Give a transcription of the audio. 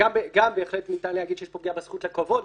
ניתן בהחלט להגיד שיש פה גם פגיעה בזכות לכבוד,